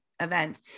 events